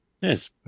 Yes